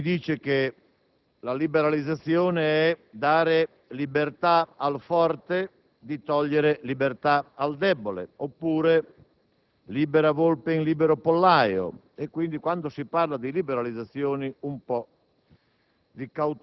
mi dice che liberalizzare è dare libertà al forte, togliere libertà al debole, oppure libera volpe in libero pollaio. Quindi, quando si parla di liberalizzazioni mi